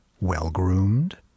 well-groomed